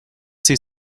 see